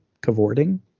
cavorting